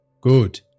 Good